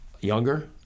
younger